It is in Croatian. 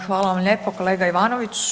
Hvala vam lijepa kolega Ivanoviću.